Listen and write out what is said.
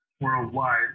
worldwide